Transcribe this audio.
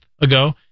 ago